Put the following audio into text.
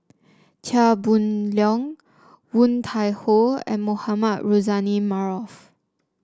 Chia Boon Leong Woon Tai Ho and Mohamed Rozani Maarof